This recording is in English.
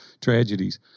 tragedies